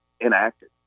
enacted